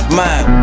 mind